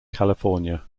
california